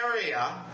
area